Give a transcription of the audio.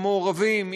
המעורבים,